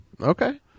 Okay